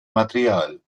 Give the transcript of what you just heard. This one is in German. material